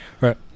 right